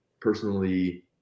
personally –